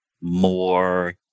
more